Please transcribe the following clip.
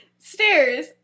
Stairs